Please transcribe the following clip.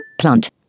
Plant